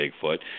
Bigfoot